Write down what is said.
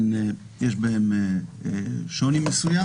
יש בהן שוני מסוים.